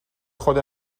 خود